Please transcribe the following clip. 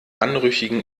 anrüchigen